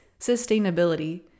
sustainability